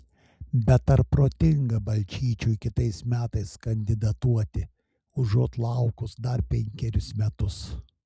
bet ar protinga balčyčiui kitais metais kandidatuoti užuot laukus dar penkerius metus